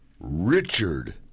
Richard